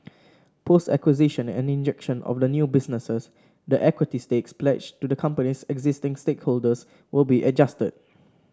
post acquisition and injection of the new businesses the equity stakes pledged to the company's existing stakeholders will be adjusted